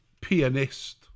Pianist